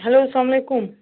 hello السلامُ علیکُم